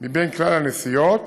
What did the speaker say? בכלל הנסיעות